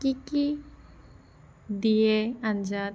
কি কি দিয়ে আঞ্জাত